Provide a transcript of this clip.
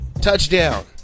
Touchdown